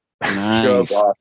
Nice